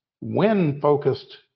win-focused